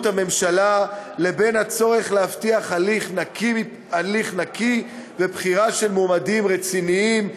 הממשלה לבין הצורך להבטיח הליך נקי בבחירה של מועמדים רציניים,